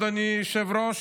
אדוני היושב-ראש,